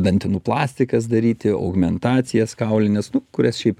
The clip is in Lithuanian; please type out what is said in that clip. dantenų plastikas daryti augmentacijas kaulines nu kurias šiaip